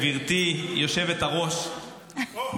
גברתי היושבת-ראש,